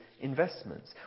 investments